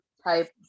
type